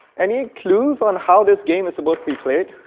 any clues on how this game is supposed to be played?